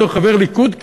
בתור חבר ליכוד,